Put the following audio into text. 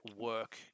work